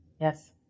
Yes